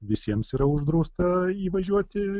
visiems yra uždrausta įvažiuoti